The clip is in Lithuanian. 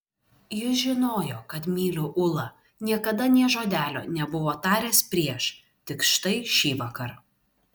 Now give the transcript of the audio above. jis žinojo kad myliu ulą niekada nė žodelio nebuvo taręs prieš tik štai šįvakar